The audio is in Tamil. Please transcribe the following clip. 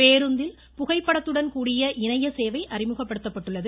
பேருந்தின் புகைப்படத்துடன்கூடிய இணைய சேவை அறிமுகப்படுத்தப்பட்டுள்ளது